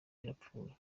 yarapfuye